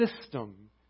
system